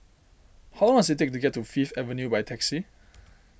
how long does it take to get to Fifth Avenue by taxi